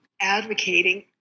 advocating